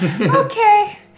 Okay